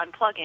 unplugging